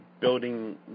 building